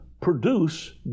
produce